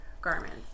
garments